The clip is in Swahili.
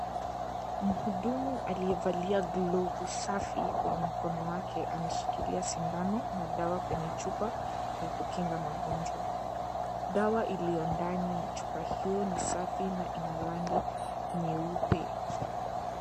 Mhudumu aliyevalia glavu safi kwenye mkono wake ameshikilia sindano na dawa kwenye chupa ya kukinga magonjwa. Dawa iliyo ndani ya chupa hiyo ni safi na ina rangi nyeupe.